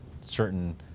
certain